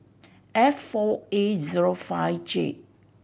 F four A zero five J